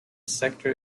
sector